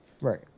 Right